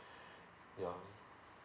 yeah